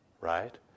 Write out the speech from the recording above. right